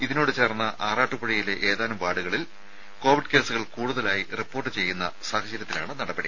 ഇതിനോട് ചേർന്ന ആറാട്ടുപുഴയിലെ ഏതാനും വാർഡുകളിൽ കോവിഡ് കേസുകൾ കൂടുതലായി റിപ്പോർട്ട് ചെയ്യുന്ന സാഹചര്യത്തിലാണ് നടപടി